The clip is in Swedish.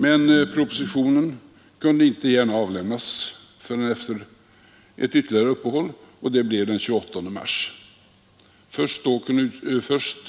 Men propositionen kunde inte gärna avlämnas förrän efter ett ytterligare uppehåll, och det blev den 28 mars. Först